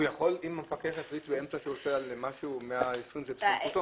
אם המפקח החליט באמצע שהוא קובע קנס של 120 שקלים זה בסמכותו.